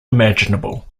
imaginable